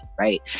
Right